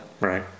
Right